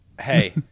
Hey